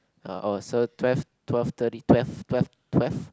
oh so twelve twelve thirty twelve twelve twelve